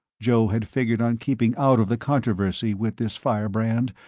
joe had figured on keeping out of the controversy with this firebrand,